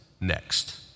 next